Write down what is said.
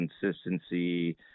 consistency